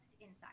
inside